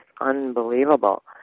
unbelievable